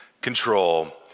control